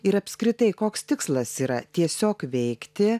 ir apskritai koks tikslas yra tiesiog veikti